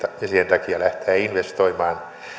takia lähteä investoimaan